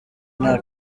nta